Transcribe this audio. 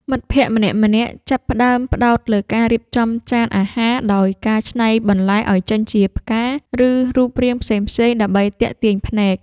មិត្តភក្តិម្នាក់ៗចាប់ផ្ដើមផ្ដោតលើការរៀបចំចានអាហារ ដោយការច្នៃបន្លែឱ្យចេញជាផ្កា ឬរូបរាងផ្សេងៗដើម្បីទាក់ទាញភ្នែក។